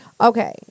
Okay